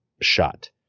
shot